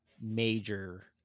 major